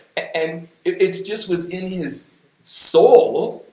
and it just was in his soul,